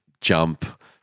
jump